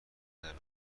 ندارند